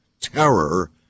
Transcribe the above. terror